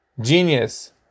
genius